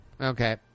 Okay